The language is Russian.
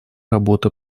работы